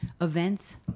events